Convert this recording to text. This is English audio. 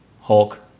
Hulk